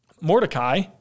Mordecai